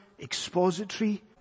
expository